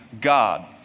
God